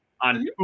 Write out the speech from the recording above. on